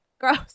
gross